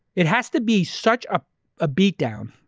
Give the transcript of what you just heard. it has to be such a ah beat down,